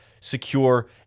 secure